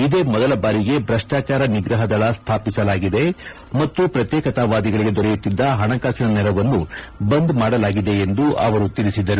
ಇದೇ ಮೊದಲ ಬಾರಿಗೆ ಭ್ರಷ್ಟಾಚಾರ ನಿಗ್ರಹದಳ ಸ್ವಾಪಿಸಲಾಗಿದೆ ಮತ್ತು ಪ್ರತ್ಯೇಕತಾವಾದಿಗಳಿಗೆ ದೊರೆಯುತ್ತಿದ್ದ ಹಣಕಾಸಿನ ನೆರವನ್ನು ಬಂದ್ ಮಾಡಲಾಗಿದೆ ಎಂದು ಅವರು ತಿಳಿಸಿದರು